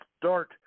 start